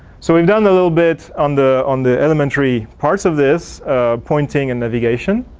so we've done a little bit on the on the elementary parts of this pointing and navigation.